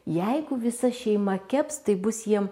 jeigu visa šeima keps tai bus jiem